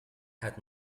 had